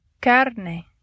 carne